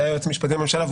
שהיה יועץ משפטי לממשלה,